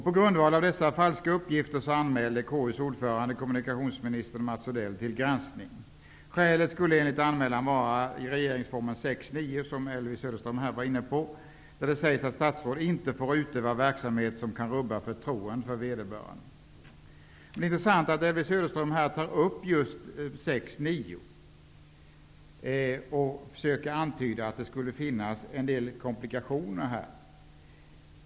På grundval av dessa falska uppgifter anmälde Söderström här var inne på, där det sägs att statsråd inte får utöva verksamhet som kan rubba förtroendet för vederbörande. Det är intressant att Elvy Söderström här tar upp just 6 kap. 9 § och försöker antyda att det skulle föreligga en del komplikationer.